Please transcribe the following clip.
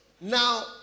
Now